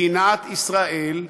מדינת ישראל,